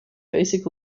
basic